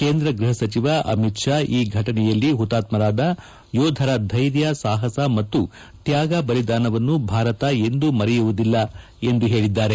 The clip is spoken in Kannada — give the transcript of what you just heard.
ಕೇಂದ್ರ ಗೃಹ ಸಚಿವ ಅಮಿತ್ ಷಾ ಈ ಘಟನೆಯಲ್ಲಿ ಹುತಾತ್ಮಾರಾದ ಯೋಧರ ಧೈರ್ಯ ಸಾಹಸ ಮತ್ತು ತ್ವಾಗ ಬಲಿದಾನವನ್ನು ಭಾರತ ಎಂದೂ ಮರೆಯುವುದಿಲ್ಲ ಎಂದು ಹೇಳಿದ್ದಾರೆ